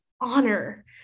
honor